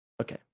Okay